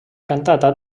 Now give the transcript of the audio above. cantata